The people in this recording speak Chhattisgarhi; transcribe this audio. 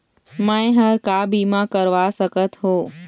मैं हर का बीमा करवा सकत हो?